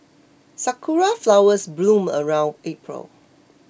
sakura flowers bloom around April